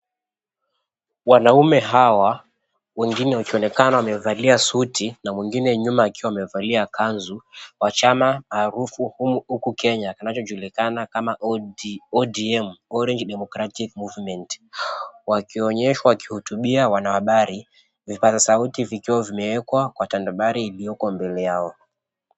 Wanaume hawa wengine wakionekana wamevalia suti na mwingine nyuma akiwa amevalia kanzu wa chama maarufu huku Kenya kinachojulikana kama ODM, Orange Democratic Movement wakionyeshwa wakihutubia wanahabari vipaza sauti vikiwa vimewekwa kwa tandabari ilioko mbele yao.